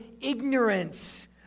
ignorance